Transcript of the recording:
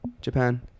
Japan